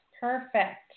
Perfect